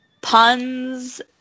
puns